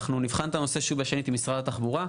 אנחנו נבחן את הנושא שוב בשנית עם משרד התחבורה.